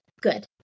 Good